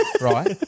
Right